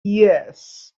yes